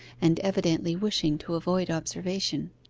and evidently wishing to avoid observation.